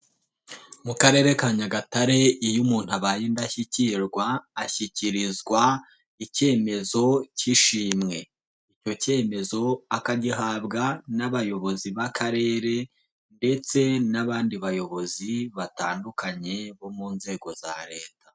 Mu Karere ka Nyagatare iyo umuntu abaye indashyikirwa ashyikirizwa ikemezo k'ishimwe. Icyo kemezo akagihabwa n'abayobozi b'akarere ndetse n'abandi bayobozi batandukanye bo mu nzego za Leta.